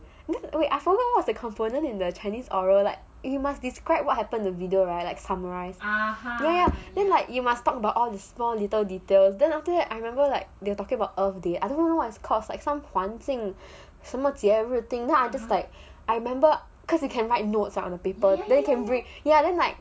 wait I forgot what's the component in the chinese oral like you must describe what happened in the video right like s(um)arise then like you must talk about all the small little details then after that I remember like they are talking about earth day I don't even know what it's called like some 环境什么节日 thing talk until I remember cause you can write notes are on the paper then can bring ya then like